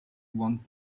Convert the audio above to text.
want